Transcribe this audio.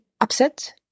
upset